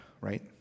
right